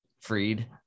freed